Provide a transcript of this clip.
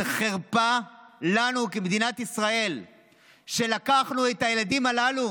זו חרפה לנו כמדינת ישראל שלקחנו את הילדים הללו